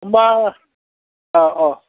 होनबा अ अ